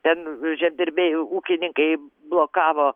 ten žemdirbiai ūkininkai blokavo